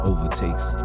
Overtakes